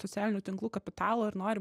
socialinių tinklų kapitalo ir nori